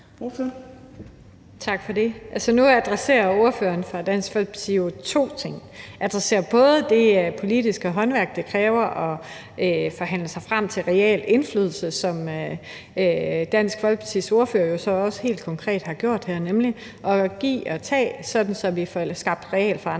Tak for det. Nu adresserer ordføreren for Dansk Folkeparti jo to ting. Hun adresserer bl.a. det politiske håndværk, det kræver at forhandle sig frem til reel indflydelse, og som Dansk Folkepartis ordfører så også helt konkret har benyttet her ved at give og tage, sådan at vi får skabt reel forandring